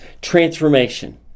transformation